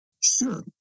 Sure